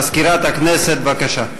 מזכירת הכנסת, בבקשה.